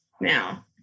now